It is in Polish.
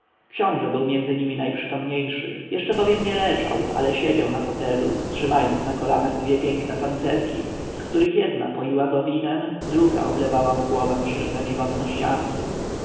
książę był między nimi najprzytomniejszy jeszcze bowiem nie leżał ale siedział na fotelu trzymając na kolanach dwie piękne tancerki z których jedna poiła go winem druga oblewała mu głowę silnemi wonnościami